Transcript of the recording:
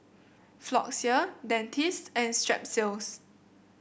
Floxia Dentiste and Strepsils